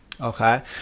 okay